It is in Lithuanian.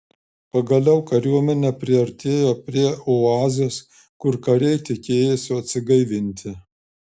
pagaliau kariuomenė priartėjo prie oazės kur kariai tikėjosi atsigaivinti